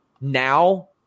now